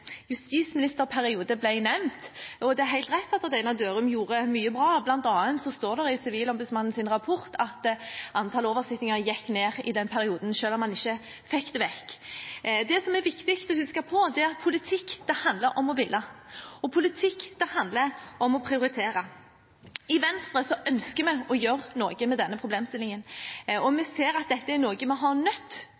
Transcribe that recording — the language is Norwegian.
justisministerperiode ble nevnt. Det er helt rett at Odd Einar Dørum gjorde mye bra, bl.a. står det i Sivilombudsmannens rapport at antall oversittinger gikk ned i den perioden, selv om man ikke fikk det vekk. Det som er viktig å huske på, er at politikk handler om å ville. Og politikk handler om å prioritere. I Venstre ønsker vi å gjøre noe med denne problemstillingen, og vi